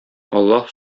аллаһ